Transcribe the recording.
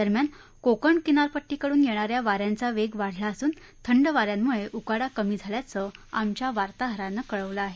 दरम्यान कोकण किनारपट्टीकडून येणाऱ्या वाऱ्यांचा वेग वाढला असून थंड वाऱ्यामुंळे उकाडा कमी झाल्याचं आमच्या वार्ताहरानं कळवलं आहे